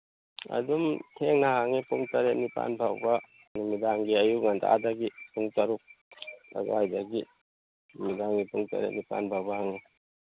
ꯑꯗꯨꯝ ꯊꯦꯡꯅ ꯍꯥꯡꯅꯤ ꯄꯨꯡ ꯇꯔꯦꯠ ꯅꯤꯄꯥꯟ ꯐꯥꯎꯕ ꯅꯨꯃꯤꯗꯥꯡꯒꯤ ꯑꯌꯨꯛ ꯉꯟꯇꯥꯗꯒꯤ ꯄꯨꯡ ꯇꯔꯨꯛ ꯑꯗꯥꯏꯗꯒꯤ ꯅꯨꯃꯤꯗꯥꯡꯒꯤ ꯄꯨꯡ ꯇꯔꯦꯠ ꯅꯤꯄꯥꯟ ꯐꯥꯎꯕ ꯍꯥꯡꯉꯤ